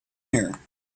here